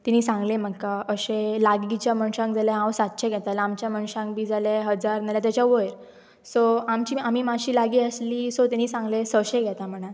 ताणें सांगलें म्हाका अशें लागींच्या मनशांक जाल्यार हांव सातशें घेतालें आमच्या मनशांक बी जाल्या हजार नाजाल्यार ताच्या वयर सो आमची आमी मात्शी लागीं आसली सो ताणें सांगलें सशें घेता म्हणून